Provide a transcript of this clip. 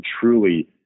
truly –